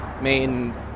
Main